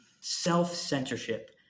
self-censorship